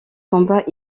combat